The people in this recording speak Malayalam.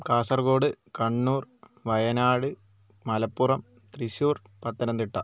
കാസർഗോഡ് കണ്ണൂർ വയനാട് മലപ്പുറം തൃശ്ശൂർ പത്തനംതിട്ട